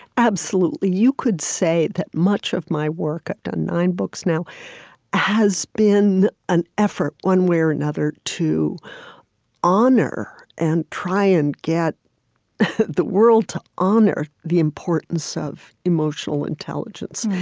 absolutely. you could say that much of my work i've done nine books now has been an effort, one way or another, to honor, and try and get the world to honor, the importance of emotional intelligence,